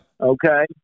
Okay